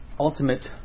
ultimate